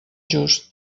just